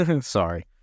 Sorry